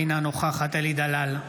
אינה נוכחת אלי דלל,